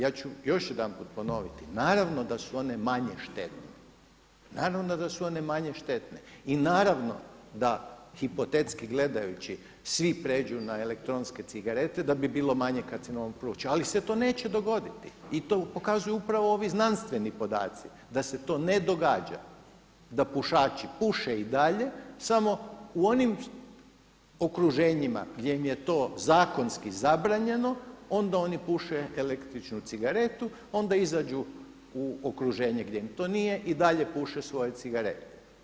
Ja ću još jedanput ponoviti, naravno da su one manje štetne i naravno da hipotetski gledajući svi pređu na elektronske cigarete da bi bilo manje karcinoma pluća, ali se to neće dogoditi i to pokazuju upravo ovi znanstveni podaci da se to ne događa, da pušači puše i dalje samo u onim okruženjima gdje im je to zakonski zabranjeno, onda oni puše električnu cigaretu, onda izađu u okruženje gdje im to nije i dalje puše svoje cigarete.